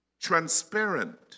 Transparent